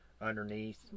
underneath